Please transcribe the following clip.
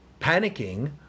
panicking